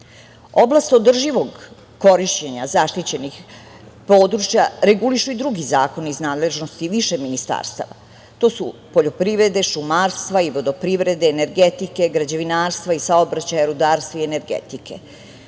održivog korišćenja zaštićenih područja regulišu i drugi zakoni iz nadležnosti više ministarstava. To su poljoprivrede, šumarstva, vodoprivrede, energetike, građevinarstva i saobraćaja, rudarstva i energetike.